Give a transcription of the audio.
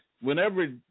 whenever